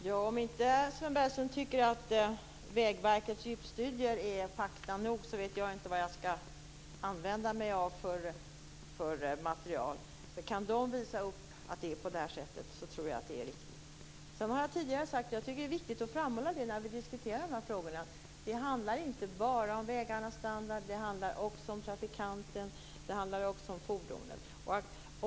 Herr talman! Om Sven Bergström inte tycker att Vägverkets djupstudier är fakta nog, vet jag inte vilket material jag ska använda. Kan det visa att det är på det här sättet, tror jag att det är riktigt. Jag har tidigare sagt, och det tycker jag är viktigt att framhålla när vi diskuterar de här frågorna, att det inte bara handlar om vägarnas standard, utan också om trafikanten och om fordonet.